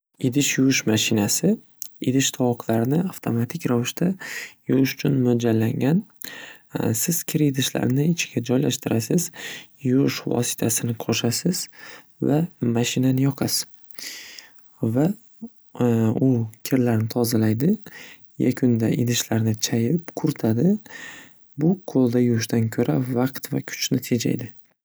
Idish yuvish mashinasi idish tovoqlarni avtomatik ravishda yuvish uchun mo'ljallangan. Siz kir idishlarni ichiga joylashtirasiz, yuvish vositasini qo'shasiz va mashinani yoqasiz va u kirlarni tozalaydi. Yakunda idishlarni chayib quritadi. Bu qo'lga yuvishdan ko'ra vaqt va kuchni tejaydi.